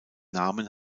namen